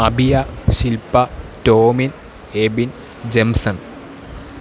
Abhiya Shilpa Tomin Ebin Jemson